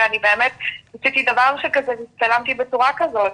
שאני באמת עשיתי דבר שכזה והצטלמתי בצורה כזאת.